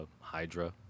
Hydra